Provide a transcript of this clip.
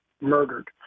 murdered